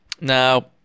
Now